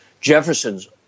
Jefferson's